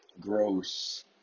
gross